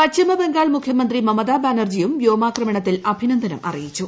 പശ്ചിമബംഗാൾ മുഖ്യമന്ത്രി മമതാ ബാനർജിയും വ്യോമാക്രമണത്തിൽ അഭിനന്ദനം അറിയിച്ചു